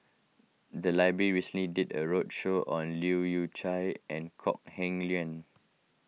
the library recently did a roadshow on Leu Yew Chye and Kok Heng Leun